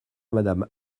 madame